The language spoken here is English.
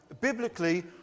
Biblically